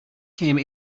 came